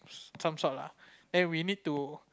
some sort lah then we need to